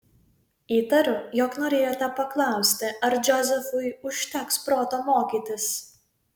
įtariu jog norėjote paklausti ar džozefui užteks proto mokytis